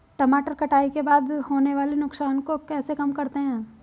टमाटर कटाई के बाद होने वाले नुकसान को कैसे कम करते हैं?